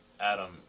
Adam